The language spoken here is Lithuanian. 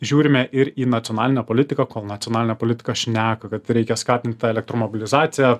žiūrime ir į nacionalinę politiką kol nacionalinė politika šneka kad reikia skatint tą elektromobilizaciją